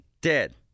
dead